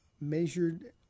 measured